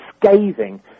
scathing